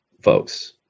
folks